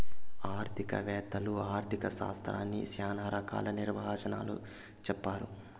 ఆర్థిక వేత్తలు ఆర్ధిక శాస్త్రాన్ని శ్యానా రకాల నిర్వచనాలు చెప్పారు